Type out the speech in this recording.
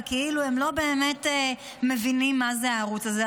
כאילו הם לא באמת מבינים מה זה הערוץ הזה.